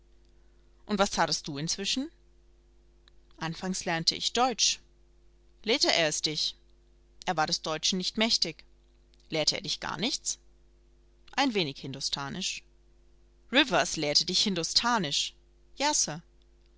und was thatest du inzwischen anfangs lernte ich deutsch lehrte er es dich er war des deutschen nicht mächtig lehrte er dich gar nichts ein wenig hindostanisch rivers lehrte dich hindostanisch ja